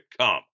come